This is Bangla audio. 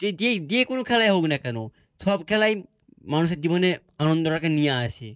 যে যে যে কোনো খেলাই হোক না কেন সব খেলাই মানুষের জীবনে আনন্দটাকে নিয়ে আসে